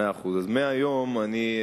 מאה אחוז, אז מהיום אסרב.